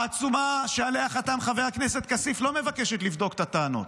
העצומה שעליה חתם חבר הכנסת כסיף לא מבקשת לבדוק את הטענות,